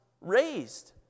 raised